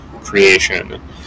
creation